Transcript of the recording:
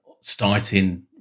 starting